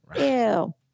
Ew